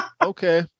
Okay